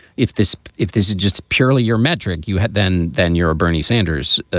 if this if this is just purely your metric you had, then then you're a bernie sanders.